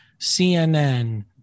CNN